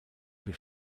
für